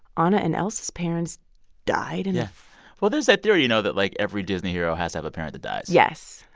ah anna and elsa's parents died and in. well, there's that theory, you know, that, like, every disney hero has to have a parent that dies yes.